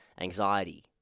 anxiety